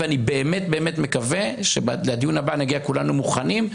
ואני באמת באמת מקווה שלדיון הבא נגיע כולנו מוכנים,